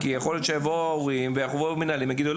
כי יכול להיות שיבואו ההורים והמנהלים ויגידו: